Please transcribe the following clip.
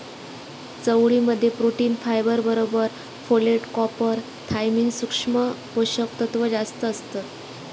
चवळी मध्ये protein, fibre बरोबर फोलेट, कॉपर, थायमिन, सुक्ष्म पोषक तत्त्व जास्तं असतत